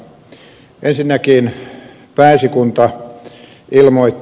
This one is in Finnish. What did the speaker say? ensinnäkin pääesikunta ilmoitti